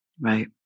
Right